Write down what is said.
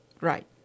Right